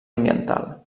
ambiental